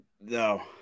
No